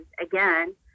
again